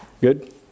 Good